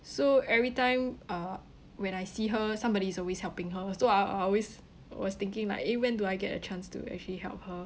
so every time uh when I see her somebody's always helping her so I I I always was thinking like eh when to I get a chance to actually help her